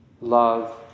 love